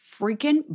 freaking